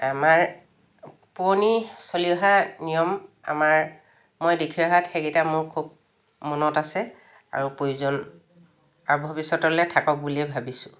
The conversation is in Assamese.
আমাৰ পুৰণি চলি অহা নিয়ম আমাৰ মই দেখি অহাত সেইকেইটা মোৰ খুব মনত আছে আৰু প্ৰয়োজন আৰু ভৱিষ্যতলৈ থাকক বুলিয়ে ভাবিছোঁ